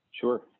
Sure